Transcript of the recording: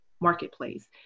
marketplace